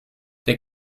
der